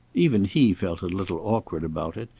even he felt a little awkward about it,